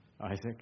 Isaac